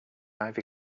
ivy